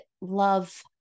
love